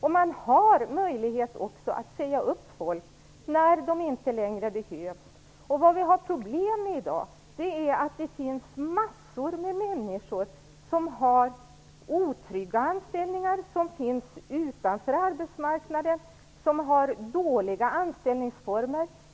Man har också möjlighet att säga upp folk när de inte längre behövs. I dag har vi problem med att det finns massor med människor som har otrygga anställningar, som finns utanför arbetsmarknaden och som har dåliga anställningsformer.